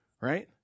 right